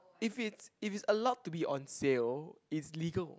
if it's if it's allowed to be on sale it's legal